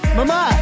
mama